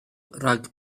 rhag